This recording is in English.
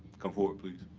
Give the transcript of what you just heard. come forward, please.